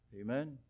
Amen